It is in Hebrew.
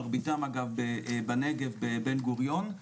מרביתם אגב בנגב בבן גוריון.